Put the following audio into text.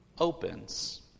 Opens